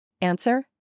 Answer